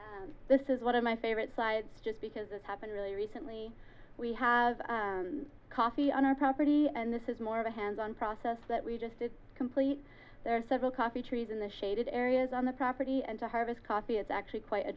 circle this is one of my favorite sides just because it happened really recently we have coffee on our property and this is more of a hands on process that we just did complete there are several coffee trees in the shaded areas on the property and to harvest coffee it's actually quite a